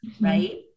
Right